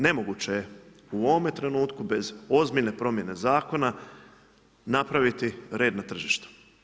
Nemoguće je u ovome trenutku, bez ozbiljne promijene zakona, napraviti red na tržištu.